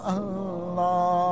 Allah